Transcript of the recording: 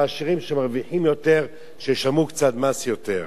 שהעשירים שמרוויחים יותר ישלמו קצת מס יותר.